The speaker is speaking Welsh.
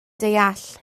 deall